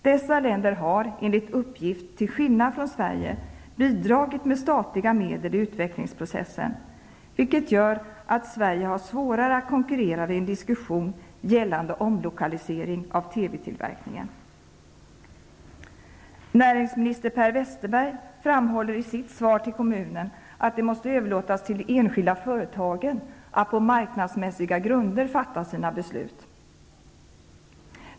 Dessa länder har, enligt uppgift, till skillnad från Sverige bidragit med statliga medel i utvecklingsprocessen, vilket gör att Sverige har svårare att konkurrera vid en diskussion gällande omlokalisering av TV Näringsminister Per Westerberg framhåller i sitt svar till kommunen att det måste överlåtas till de enskilda företagen att på marknadsmässiga grunder fatta sina beslut.